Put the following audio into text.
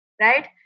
right